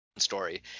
story